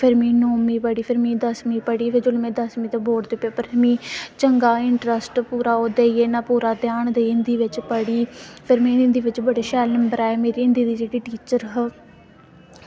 अठमीं नौमीं ते दसमीं पढ़ी जेल्लै में दसमीं दे बोर्ड दे पेपर हे चंगा इटरस्ट पूरा ओह्दे ई इंया पूरा ध्यान ते हिंदी बिच पढ़ी फिर हिंदी बिच बड़े शैल नंबर आए मेरे ते में हिंदी दे जेह्के टीचर हे